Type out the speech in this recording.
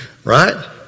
Right